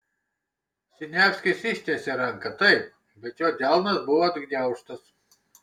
siniavskis ištiesė ranką taip bet jo delnas buvo atgniaužtas